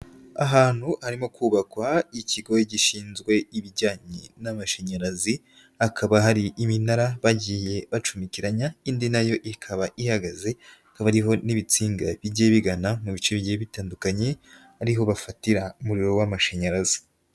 Ahantu harimo kubakwa ikigo gishinzwe ibijyanye n'amashanyarazi, hakaba hari iminara bagiye bacumemekeranya, indi nayo ikaba ihagaze ikaba iriho n'ibitsinga bigiye bigana mu bice bigiye bitandukanye, ariho bafatira umuriro w'amashanyarazi.